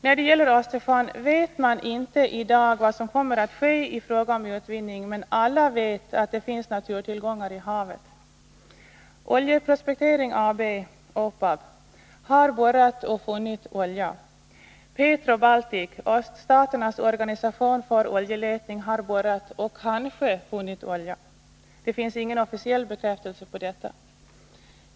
När det gäller Östersjön vet man inte i dag vad som kommer att ske i fråga om utvinning, men alla vet att det finns naturtillgångar i havet. Oljeprospektering AB, OPAB, har borrat och funnit olja. Petro Baltic, öststaternas organisation för oljeletning, har borrat och kanske funnit olja. Det finns ingen officiell bekräftelse på detta.